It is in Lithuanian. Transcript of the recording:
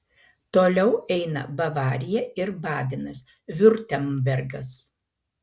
toliau eina bavarija ir badenas viurtembergas